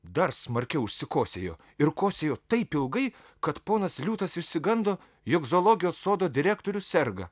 dar smarkiau užsikosėjo ir kosėjo taip ilgai kad ponas liūtas išsigando jog zoologijos sodo direktorius serga